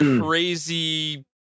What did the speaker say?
crazy